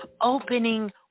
opening